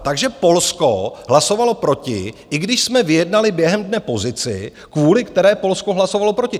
Takže Polsko hlasovalo proti, i když jsme vyjednali během dne pozici, kvůli které Polsko hlasovalo proti.